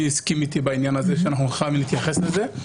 הסכים איתי בעניין הזה שאנחנו חייבים להתייחס לזה.